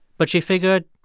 but she figured,